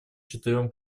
четырем